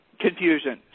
Confusion